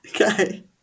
Okay